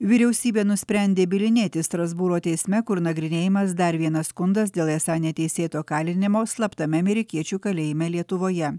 vyriausybė nusprendė bylinėtis strasbūro teisme kur nagrinėjamas dar vienas skundas dėl esą neteisėto kalinimo slaptame amerikiečių kalėjime lietuvoje